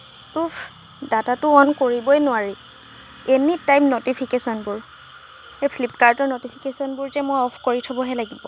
উফ ডাটাটো অ'ন কৰিবই নোৱাৰি এনি টাইম নটিফিকেশ্যনবোৰ এই ফ্লিপকাৰ্টৰ নটিফিকেশ্যনবোৰ যে মই অফ কৰি থ'বহে লাগিব